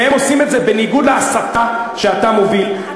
והם עושים את זה בניגוד להסתה שאתה מוביל,